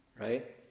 Right